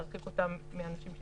שצריך להרחיק אותם מהבריאים